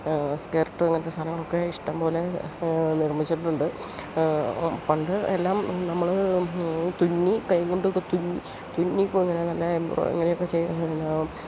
skirt അങ്ങനത്തെ സാധനങ്ങളൊക്കെ ഇഷ്ടംപോലെ നിർമ്മിച്ചിട്ടുണ്ട് പണ്ടെല്ലാം നമ്മള് തുന്നി കൈകൊണ്ടൊക്കെ തുന്നി ഇങ്ങനെ നല്ല എംബ്രോയ്ഡെറി അങ്ങനെയൊക്കെ